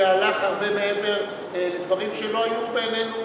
שהלך הרבה מעבר לדברים שהם לא היו בעינינו,